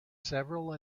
several